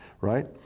right